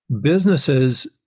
businesses